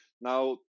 now